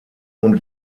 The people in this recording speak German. und